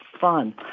fun